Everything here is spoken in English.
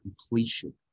completion